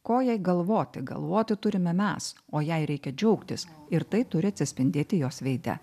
ko jai galvoti galvoti turime mes o jai reikia džiaugtis ir tai turi atsispindėti jos veide